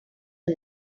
are